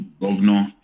governor